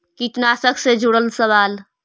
कीटनाशक से जुड़ल सवाल?